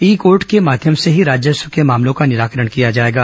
ई court को माध्यम से ही राजस्व के मामलों का निराकरण किया जाएगा